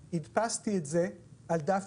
הדפסתי את זה על דף